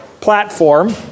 platform